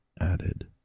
added